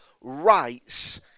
rights